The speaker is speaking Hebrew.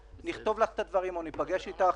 נכתוב לך את הדברים או ניפגש איתך.